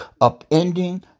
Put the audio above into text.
upending